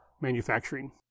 Manufacturing